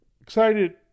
excited